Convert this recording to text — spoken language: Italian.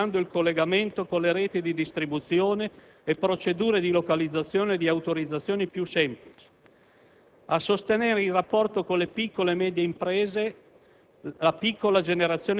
e di lunga durata, assicurando il collegamento con le reti di distribuzione e procedure di localizzazione e di autorizzazione più semplici; a sostenere, in rapporto con le piccole e medie imprese,